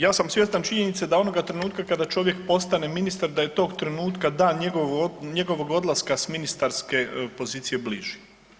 Ja sam svjestan činjenice da onoga trenutka kada čovjek postane ministar, da je tog trenutka dan njegovog odlaska s ministarske pozicije bliži.